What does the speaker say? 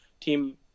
team